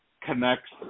connects